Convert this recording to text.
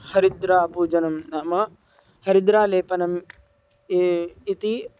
हरिद्रापूजनं नाम हरिद्रालेपनम् ए इति